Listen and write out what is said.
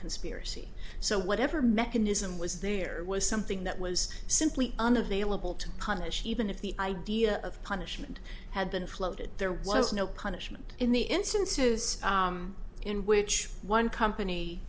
conspiracy so whatever mechanism was there was something that was simply unavailable to congress even if the idea of punishment had been floated there was no punishment in the instances in which one company